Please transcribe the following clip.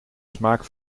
smaak